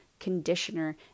conditioner